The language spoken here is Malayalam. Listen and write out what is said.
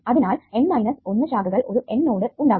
അതിനാൽ N മൈനസ് 1 ശാഖകൾ ഒരു N നോഡിൽ ഉണ്ടാകും